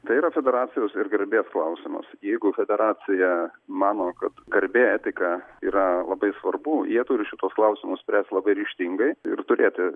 tai yra federacijos ir garbės klausimas jeigu federacija mano kad garbė etika yra labai svarbu jie turi šituos klausimus spręst labai ryžtingai ir turėti